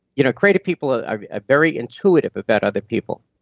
you know creative people ah are ah very intuitive about other people,